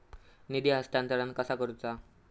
निधी हस्तांतरण कसा करुचा?